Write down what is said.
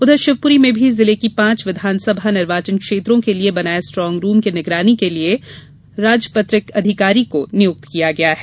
उधर शिवप्री में भी जिले की पांच विधानसभा निर्वाचन क्षेत्रों के लिए बनाये स्ट्रॉग रूम के निगरानी के लिए राजपत्रित अधिकारी को नियुक्त किया गया है